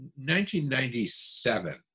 1997